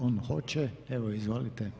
On hoće, evo izvolite.